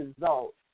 results